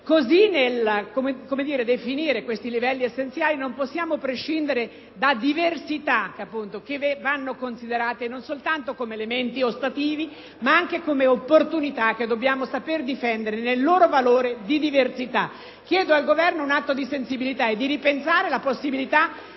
cosı, nel definire questi livelli essenziali, non possiamo prescindere da diversita che vanno considerate non soltanto come elementi ostativi, ma anche come opportunitache dobbiamo saper difendere nel loro valore di diversita. Chiedo al Governo un atto di sensibilitae di ripensare la possibilita